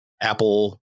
Apple